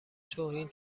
توهین